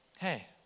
Hey